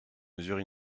mesure